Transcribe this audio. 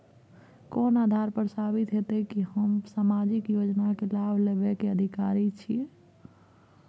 कोन आधार पर साबित हेते की हम सामाजिक योजना के लाभ लेबे के अधिकारी छिये?